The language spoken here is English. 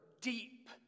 deep